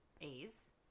A's